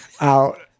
out